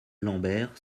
lambert